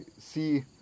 see